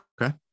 Okay